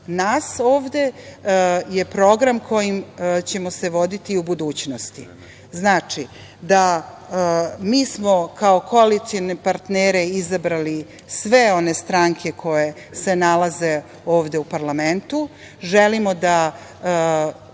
nas ovde, su program kojim ćemo se voditi u budućnosti. Znači, mi smo kao koalicione partnere izabrali sve one stranke koje se nalaze ovde u parlamentu. Želimo da